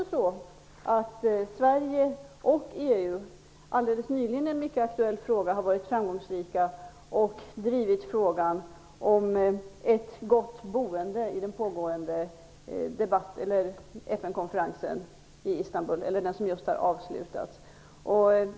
Sverige och EU har alldeles nyligen i en mycket aktuell fråga varit framgångsrika och drivit frågan om ett gott boende i FN-konferensen i Istanbul - den har just avslutats.